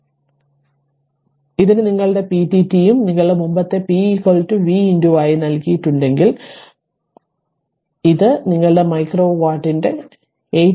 അതിനാൽ ഇതിന് നിങ്ങളുടെ പിഡിടിയും നിങ്ങളുടെ മുമ്പത്തെ p v i നൽകിയിട്ടുണ്ടെങ്കിൽ ആ p v i നൽകി അതിനാൽ ഇത് നിങ്ങളുടെ മൈക്രോ വാട്ടിന്റെ micro watt